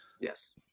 Yes